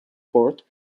port